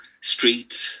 street